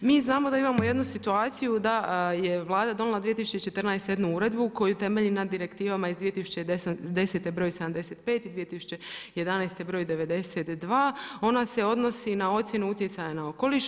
Mi znamo da imamo jednu situaciju da je Vlada donijela 2014. jednu uredbu koji temelji na direktivama iz 2010. broj 75 i 2011 broj 92, onda se odnosi na ocjenu utjecaja na okoliš.